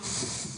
הערוץ,